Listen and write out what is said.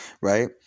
right